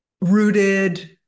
rooted